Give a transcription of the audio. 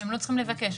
הם לא צריכים לבקש.